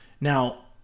Now